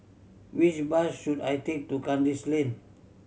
which bus should I take to Kandis Lane